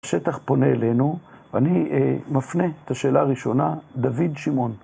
השטח פונה אלינו, ואני מפנה את השאלה הראשונה, דוד שמעון.